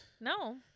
No